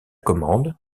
commande